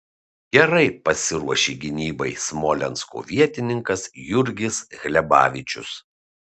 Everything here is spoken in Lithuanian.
gerai pasiruošė gynybai smolensko vietininkas jurgis hlebavičius